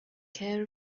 care